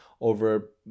over